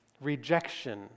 rejection